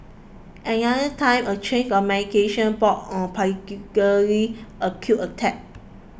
another time a change of medication brought on particularly acute attacks